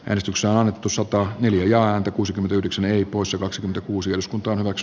eltsussa annettu satoa neljään kuusikymmentäyhdeksän ei puussa kaksi kuusi uskonto max